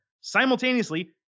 Simultaneously